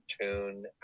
tune